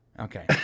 Okay